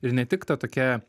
ir ne tik ta tokia